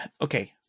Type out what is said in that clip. okay